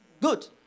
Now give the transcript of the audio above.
Good